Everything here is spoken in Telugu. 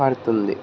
పడుతుంది